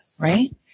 Right